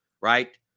right